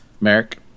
merrick